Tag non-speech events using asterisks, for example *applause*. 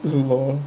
*laughs* LOL